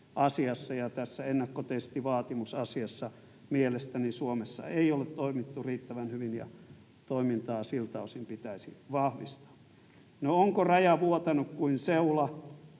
ja ennakkotestivaatimusasiassa — mielestäni Suomessa ei ole toimittu riittävän hyvin ja toimintaa siltä osin pitäisi vahvistaa. No, onko raja vuotanut kuin seula?